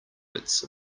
its